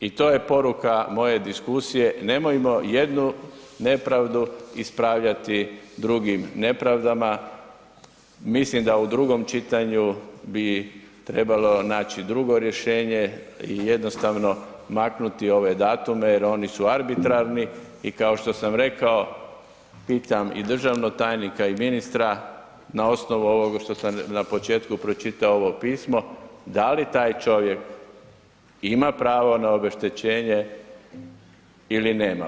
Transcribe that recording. I to je poruke moje diskusije, nemojmo jednu nepravdu ispravljati drugim nepravdama, mislim da u drugom čitanju bi trebalo naći drugo rješenje i jednostavno maknuti ove datume jer oni arbitrarni i kao što sam rekao, pitam i državnog tajnika i ministra, na osnovu ovog što sam na početku pročitao ovo pismo, da li taj čovjek ima pravo na obeštećenje ili nema?